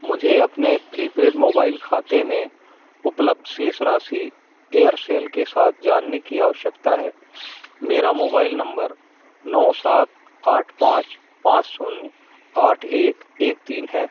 मुझे अपने prepaid mobile खाते में उपलब्ध शेष राशि एयरसेल के साथ जानने की आवश्यकता है मेरा मोबाइल नम्बर नौ सात आठ पाँच पाँच शून्य आठ एक एक तीन है